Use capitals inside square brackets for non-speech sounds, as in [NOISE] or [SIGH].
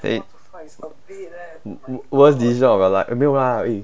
[NOISE] worse decision of your life eh 没有啦 eh